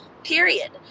Period